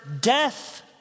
death